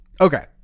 Okay